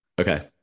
Okay